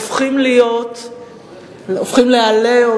הופכים ל"עליהום",